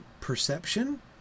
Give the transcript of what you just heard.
perception